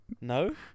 No